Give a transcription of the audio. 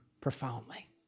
profoundly